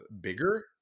bigger